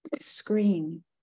screen